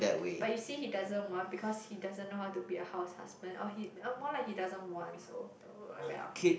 but you see he doesn't want because he doesn't know how to be a house husband or he oh more like he doesn't want so oh well